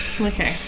Okay